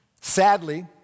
Sadly